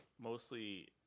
mostly